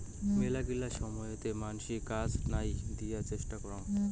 মেলাগিলা সময়তে মানসি কাজা নাই দিয়ার চেষ্টা করং